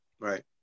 Right